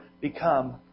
become